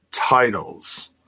titles